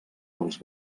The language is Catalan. dels